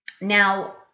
Now